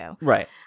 Right